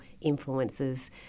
influences